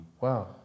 Wow